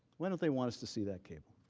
why don't they want us to see that cable?